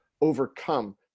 overcome